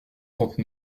trente